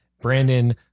Brandon